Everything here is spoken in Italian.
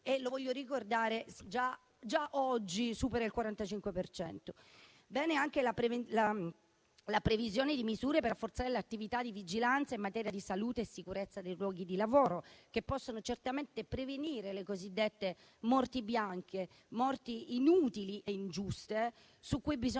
alto: voglio ricordare che già oggi supera il 45 per cento. Da condividere è anche la previsione di misure per rafforzare l'attività di vigilanza in materia di salute e sicurezza sui luoghi di lavoro, che possono certamente prevenire le cosiddette morti bianche, morti inutili e ingiuste su cui bisogna